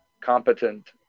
competent